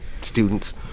students